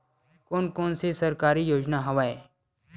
कोन कोन से सरकारी योजना हवय?